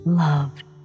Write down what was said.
loved